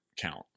count